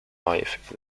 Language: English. life